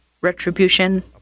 retribution